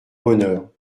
bonheur